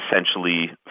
essentially